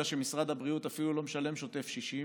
שמשרד הבריאות אפילו לא משלם שוטף 60,